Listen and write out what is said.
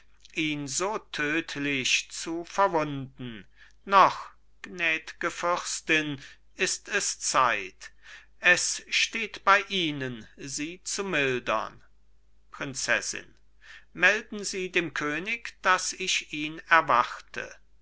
ihn so tödlich zu verwunden noch gnädge fürstin ist es zeit es steht bei ihnen sie zu mildern prinzessin melden sie dem könig daß ich ihn erwarte